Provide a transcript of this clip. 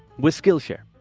with skillshare.